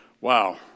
Wow